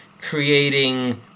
creating